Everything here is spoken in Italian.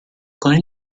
con